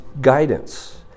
guidance